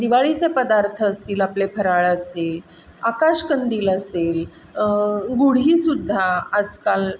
दिवाळीचे पदार्थ असतील आपले फराळाचे आकाशकंदील असेल गुढी सुद्धा आजकाल